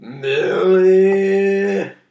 Billy